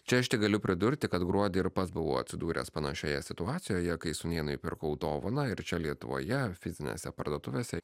čia aš tik galiu pridurti kad gruodį ir pats buvau atsidūręs panašioje situacijoje kai sūnėnui pirkau dovaną ir čia lietuvoje fizinėse parduotuvėse